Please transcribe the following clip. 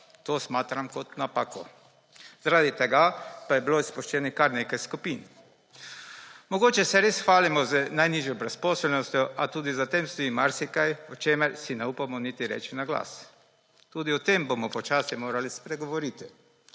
To smatram kot napako. Zaradi tega pa je bilo izpuščenih kar nekaj skupin. Mogoče se res hvalimo z najnižjo brezposelnostjo, a tudi za tem stoji marsikaj, o čemer si ne upamo niti reči na glas. Tudi o tem bomo počasi morali spregovoriti.